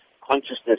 consciousness